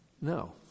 No